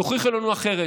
תוכיחו לנו אחרת,